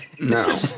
No